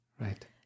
right